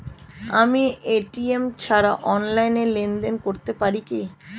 আমি এ.টি.এম ছাড়া অনলাইনে লেনদেন করতে পারি কি?